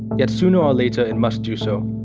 yet sooner or later, it must do so.